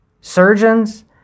surgeons